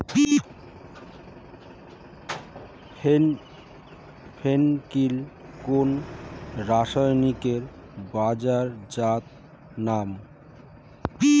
ফেন কিল কোন রাসায়নিকের বাজারজাত নাম?